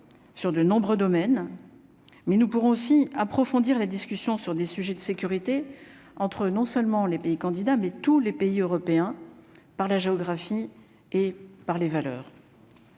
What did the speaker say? sur de nombreux domaines, mais nous pourrons aussi approfondir la discussion sur des sujets de sécurité entre non seulement les pays candidats, mais tous les pays européens par la géographie et par les valeurs.